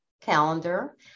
calendar